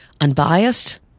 unbiased